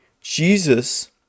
jesus